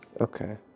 Okay